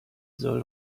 soll